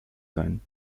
sein